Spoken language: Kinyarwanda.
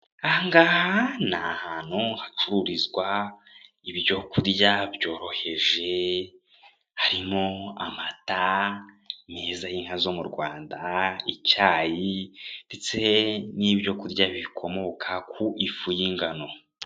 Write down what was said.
Aha ni ahantu hacururizwa ibyo kurya byoroheje harimo amata meza y'inka zo mu Rwanda, icyayi ndetse n'ibyo kurya bikomoka ku ifu y'ingano.